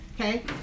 Okay